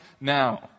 now